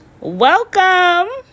welcome